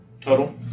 Total